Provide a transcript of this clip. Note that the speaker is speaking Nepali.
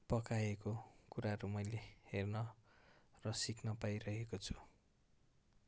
पकाएको कुराहरू मैले हेर्न र सिक्न पाइरहेको छु